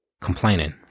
complaining